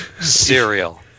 Cereal